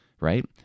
Right